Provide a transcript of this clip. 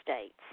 States